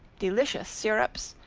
delicious syrups,